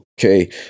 Okay